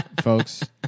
folks